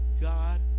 God